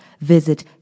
visit